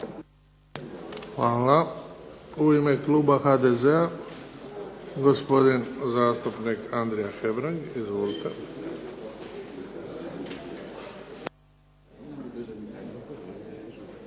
Hvala. U ime kluba HSS-a gospodin zastupnik Boris Klemenić. Izvolite.